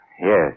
yes